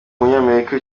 umunyamerika